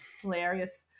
Hilarious